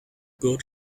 good